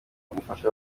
umufasha